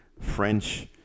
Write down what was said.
French